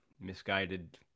misguided